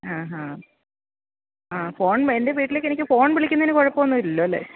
ആ ഹാ ആ ഫോണ് എന്റെ വീട്ടിലേക്ക് എനിക്ക് ഫോണ് വിളിക്കുന്നതിന് കുഴപ്പം ഒന്നും ഇല്ലല്ലോ അല്ലെ